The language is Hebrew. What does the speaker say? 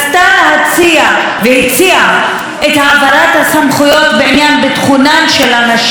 והציעה את העברת הסמכויות בעניין ביטחונן של הנשים,